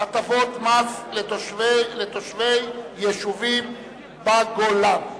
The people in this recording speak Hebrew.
(הטבות מס לתושבי יישובים בגולן).